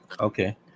okay